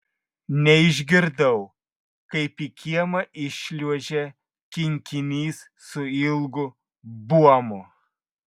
neišgirdau kaip į kiemą įšliuožė kinkinys su ilgu buomu